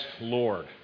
Lord